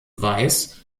weiß